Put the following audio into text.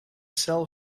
sell